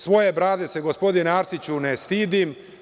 Svoje brade se, gospodine Arsiću, ne stidim.